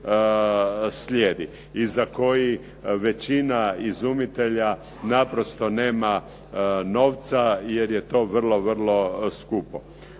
slijedi. I za koji većina izumitelja naprosto nema novca, jer je to vrlo, vrlo skupo.